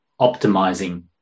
optimizing